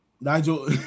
Nigel